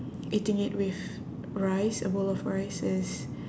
eating it with rice a bowl of rice is